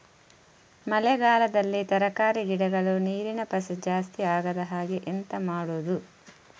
ಮಳೆಗಾಲದಲ್ಲಿ ತರಕಾರಿ ಗಿಡಗಳು ನೀರಿನ ಪಸೆ ಜಾಸ್ತಿ ಆಗದಹಾಗೆ ಎಂತ ಮಾಡುದು?